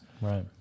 Right